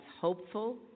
hopeful